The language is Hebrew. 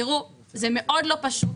תראו, זה מאוד לא פשוט